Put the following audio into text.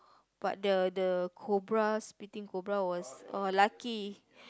but the the cobra spitting cobra was oh lucky